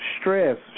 stress